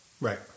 Right